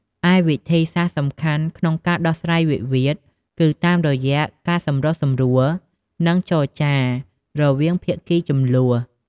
ឯវិធីសាស្ត្រសំខាន់ក្នុងការដោះស្រាយវិវាទគឺតាមរយៈ ការសម្រុះសម្រួល និងចរចា រវាងភាគីជម្លោះ។